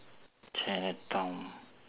chinatown